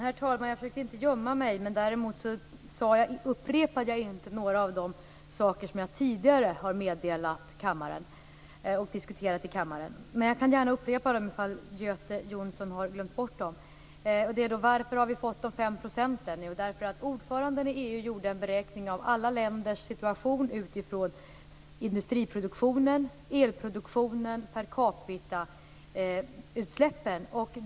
Herr talman! Jag försökte inte gömma mig. Däremot lät jag bli att upprepa några av de saker som jag tidigare har meddelat kammaren och diskuterat här. Jag kan upprepa dem om Göte Jonsson har glömt bort dem. Varför har vi fått de 5 %? Jo, därför att ordföranden i EU gjorde en beräkning av alla länders situation utifrån industriproduktionen, elproduktionen och percapitautsläppen.